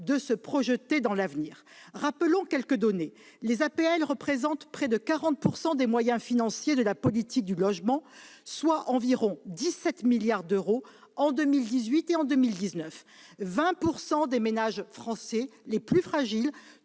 de se projeter dans l'avenir. Rappelons quelques données. Les APL représentent près de 40 % des moyens financiers de la politique du logement, soit environ 17 milliards d'euros en 2018 et en 2019. De fait, 20 % des ménages français- les plus fragiles